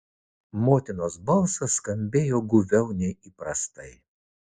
motinos balsas skambėjo guviau nei įprastai